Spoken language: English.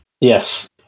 Yes